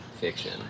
Fiction